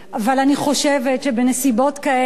אבל אני חושבת שבנסיבות כאלה